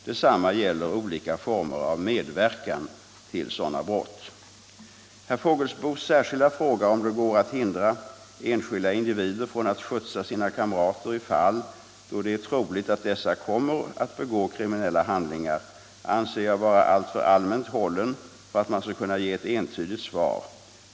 Detsamma gäller olika former av medverkan till sådana brott. Herr Fågelsbos särskilda fråga om det går att hindra enskilda individer från att skjutsa sina kamrater i fall då det är troligt att dessa kommer att begå kriminella handlingar anser jag vara alltför allmänt hållen för att man skall kunna ge ett entydigt svar.